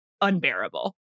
unbearable